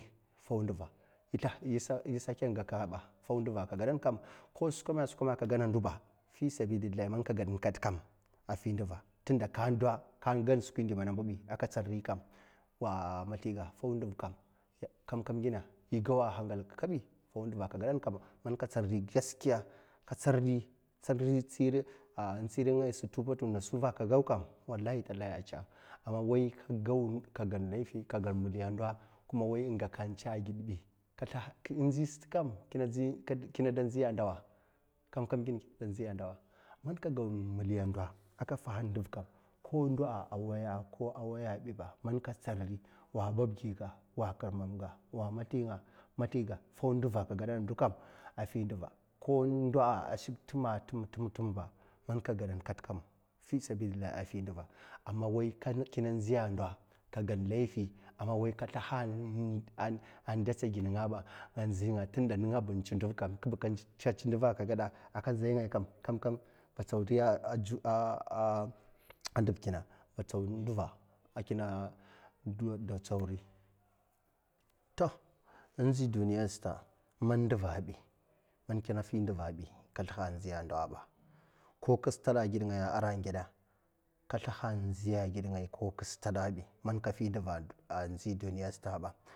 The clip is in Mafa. isakai gaka ba fou nduva as kagadan kam ko skwame skwame as kagana ndokam fisibillai ma kagadam kal kam a' finduva tunda kade a' kagan skwi na mbibi kam a' ka tsan ri kam wa masliga ndoga founduv kam, kam, kam gina i gawa hangal ga kabi man ka tsanri gaskiya tsiri in tsiri ngaya man tedi matsifa a' kago kam walai telai a' tsa'a, a laifi ka gan meliya a'ndo kuman ingaka tsa a' gidbi ka sliha in nzi sat kam kada nzi a' ndawa kam, kam, gin kina nziya a'ndawa man kina go meliya a' ndo man kina fan ndulkam ko ndo a' a waya'a, ko a waya'a, biba man ka tsanri wa masi ga a' kagan katkam a'tinduva ko ndo a shik tem'tem kam tam tamba man kagadan kat kan fisalilalai a' finduva a' man wai kina nziya a' ndo ka gan meli a' wan ka gliha'a, de a' tsigi ningabā in nzinga ten da ninga'a, in tsin nduva tetsi nduva a'kageda a' ka nzi ngai kam, kam, kam, ka tsaw riya a' nduv kina nduva kina de tswari to in nzi duniya sata man mkina finduvabi kina sliha nziya a' ndobi ko kasta a' gid ngaya a'ra geda ka sliha nziya a' gid ngaya'a bi man ka fi nduva abi a, nzi duniya sata a'bi.